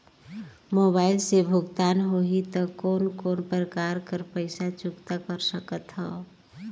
Mobile से भुगतान होहि त कोन कोन प्रकार कर पईसा चुकता कर सकथव?